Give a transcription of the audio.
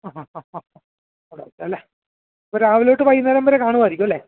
ആ അ അ അ അറിയിച്ചല്ലേ രാവിലെ തൊട്ട് വൈകുന്നേരം വരെ കാണുമായിരിക്കും അല്ലേ